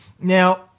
Now